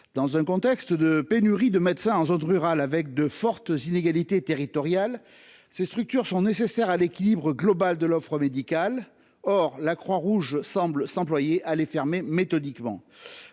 Dans un contexte de pénurie de médecins en zone rurale et de fortes inégalités territoriales, ces structures sont nécessaires à l'équilibre global de l'offre médicale. Or la Croix-Rouge semble s'employer à les fermer méthodiquement.